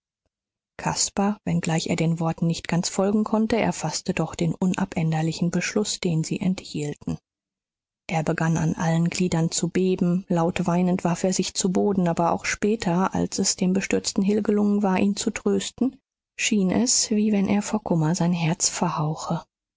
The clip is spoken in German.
caspar wenngleich er den worten nicht ganz folgen konnte erfaßte doch den unabänderlichen beschluß den sie enthielten er begann an allen gliedern zu beben laut weinend warf er sich zu boden aber auch später als es dem bestürzten hill gelungen war ihn zu trösten schien es wie wenn er vor kummer sein herz verhauche